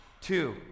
Two